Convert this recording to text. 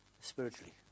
spiritually